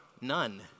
none